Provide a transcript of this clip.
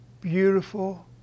beautiful